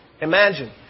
imagine